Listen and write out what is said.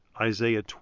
Isaiah